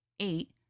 Eight